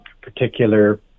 particular